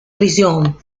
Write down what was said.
prisión